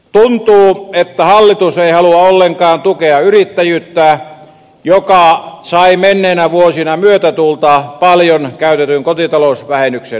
tuntuu että hallitus ei halua ollenkaan tukea yrittäjyyttä joka sai menneinä vuosina myötätuulta paljon käytetyn kotitalousvähennyksen osalta